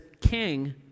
King